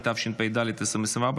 התשפ"ד 2024,